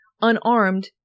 unarmed